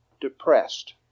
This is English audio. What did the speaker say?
depressed